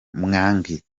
mwangi